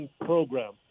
program